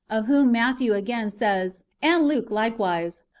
of whom matthew again says, and luke likewise,